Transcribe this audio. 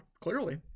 clearly